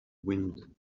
wind